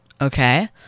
Okay